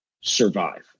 survive